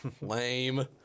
lame